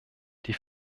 die